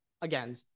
Again